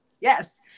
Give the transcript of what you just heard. yes